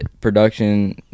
production